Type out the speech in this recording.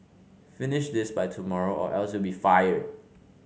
finish this by tomorrow or else you'll be fired